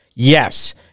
Yes